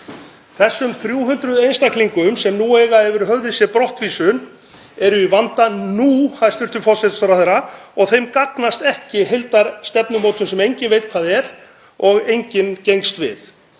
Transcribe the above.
Þessir 300 einstaklingar sem nú eiga yfir höfði sér brottvísun eru í vanda núna, hæstv. forsætisráðherra, og þeim gagnast ekki heildarstefnumótun sem enginn veit hvað er og enginn gengst við.